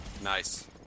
Nice